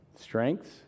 Strengths